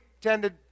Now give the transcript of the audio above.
tended